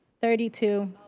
thirty two.